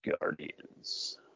Guardians